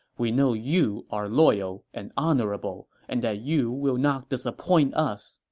we know you are loyal and honorable, and that you will not disappoint us.